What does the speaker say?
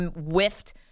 whiffed